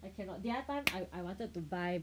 I cannot the other time I I wanted to buy